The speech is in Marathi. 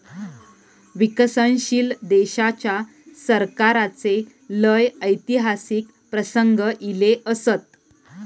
विकसनशील देशाच्या सरकाराचे लय ऐतिहासिक प्रसंग ईले असत